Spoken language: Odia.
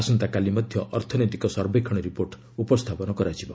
ଆସନ୍ତାକାଲି ମଧ୍ୟ ଅର୍ଥନୈତିକ ସର୍ବେକ୍ଷଣ ରିପୋର୍ଟ ଉପସ୍ଥାପନ କରାଯିବ